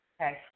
Okay